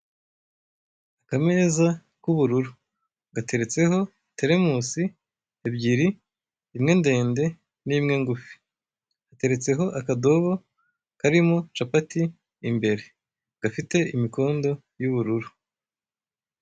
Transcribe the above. Akameza k'ubururu gateretseho telemusi, ebyiri imwe ndende n'indi ngufi. Gateretseho akadobo karimo capati imbere gafite imikondo y'ubururu.